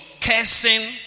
cursing